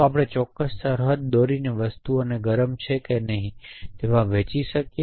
શું આપણે ચોકસ સરહદ દોરીને વસ્તુઓને ગરમ છે કે નહીં તેમાં વહેંચી શકીએ